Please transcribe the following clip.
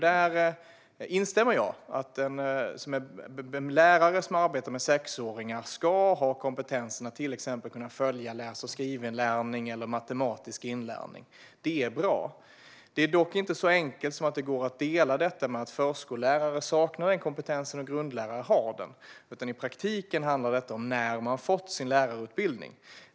Där instämmer jag: Den lärare som arbetar med sexåringar ska ha kompetensen att till exempel följa läs och skrivinlärning eller matematisk inlärning. Det är bra. Det är dock inte så enkelt att detta kan delas upp i att förskollärare saknar den kompetensen medan grundlärare har den. I praktiken handlar detta i stället om när man fått sin lärarutbildning.